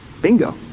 Bingo